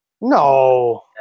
No